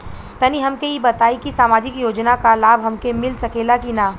तनि हमके इ बताईं की सामाजिक योजना क लाभ हमके मिल सकेला की ना?